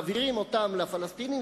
מעבירים אותם לפלסטינים,